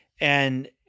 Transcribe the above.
and-